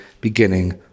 beginning